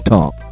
Talk